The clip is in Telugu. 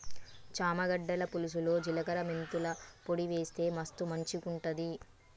చామ గడ్డల పులుసులో జిలకర మెంతుల పొడి వేస్తె మస్తు మంచిగుంటది